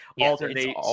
alternate